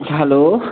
hello